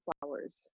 flowers